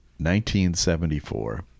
1974